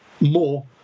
more